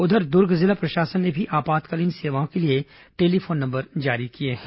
उधर दुर्ग जिला प्रशासन ने भी आपातकालीन सेवाओं के लिए टेलीफोन नंबर जारी किए हैं